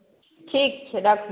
ठीक छै राखू